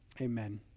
amen